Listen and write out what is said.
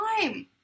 time